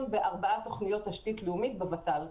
בארבעה תוכניות תשתית לאומית בות"ל.